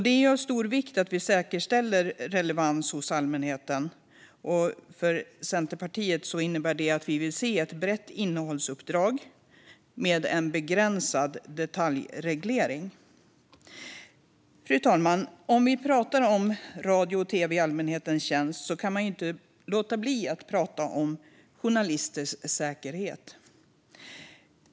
Det är av stor vikt att vi säkerställer public services relevans hos allmänheten. För Centerpartiet innebär det att vi vill se ett brett innehållsuppdrag med en begränsad detaljreglering. Fru talman! Om man pratar om radio och tv i allmänhetens tjänst kan man inte låta bli att prata om journalisters säkerhet.